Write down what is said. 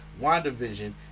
WandaVision